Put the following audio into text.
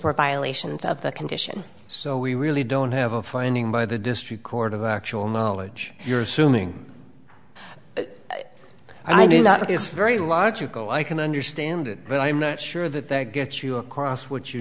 were violations of the condition so we really don't have a finding by the district court of actual knowledge you're assuming i knew that but it's very logical i can understand it but i'm not sure that there gets you across what you